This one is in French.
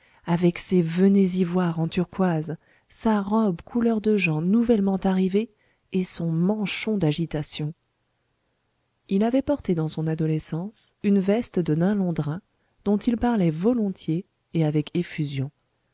avec ses venez y voir en turquoises sa robe couleur de gens nouvellement arrivés et son manchon d'agitation il avait porté dans son adolescence une veste de nain londrin dont il parlait volontiers et avec effusion